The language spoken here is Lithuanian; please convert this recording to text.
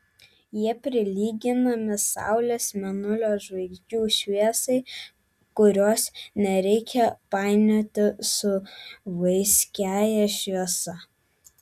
jie prilyginami saulės mėnulio žvaigždžių šviesai kurios nereikia painioti su vaiskiąja šviesa